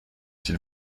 s’il